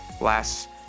Last